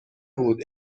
بود